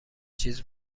چیز